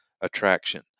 attraction